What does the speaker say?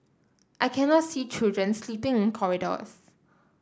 I cannot see children sleeping corridors